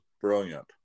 brilliant